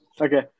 Okay